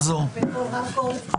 תחזור, תחזור.